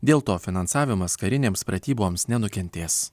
dėl to finansavimas karinėms pratyboms nenukentės